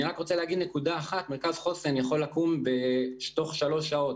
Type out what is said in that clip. אני רוצה להדגיש שמרכז חוסן יכול לקום תוך שלוש שעות,